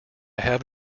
have